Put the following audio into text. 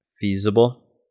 feasible